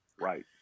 Right